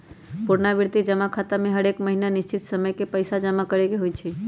पुरनावृति जमा खता में हरेक महीन्ना निश्चित समय के पइसा जमा करेके होइ छै